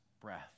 breath